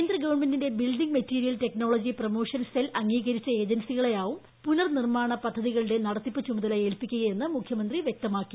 കേന്ദ്ര ഗവൺമെന്റിന്റെ building material technology promotion cell അംഗീകരിച്ച ഏജൻസികളെയാവും പുനർനിർമാണ പദ്ധതികളുടെ നടത്തിപ്പ് ചുമതല ഏൽപിക്കുകയെന്ന് മുഖ്യമന്ത്രി വ്യക്തമാക്കി